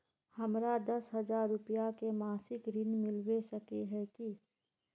हमरा दस हजार रुपया के मासिक ऋण मिलबे सके है की?